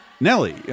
Nelly